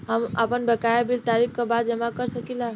हम आपन बकाया बिल तारीख क बाद जमा कर सकेला?